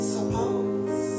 Suppose